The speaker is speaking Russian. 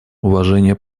уважение